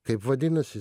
kaip vadinasi